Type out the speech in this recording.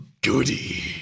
goody